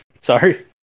Sorry